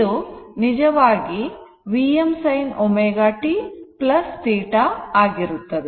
ಇದು ನಿಜವಾಗಿ Vm sin ω t θ ಆಗಿರುತ್ತದೆ